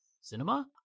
cinema